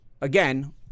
again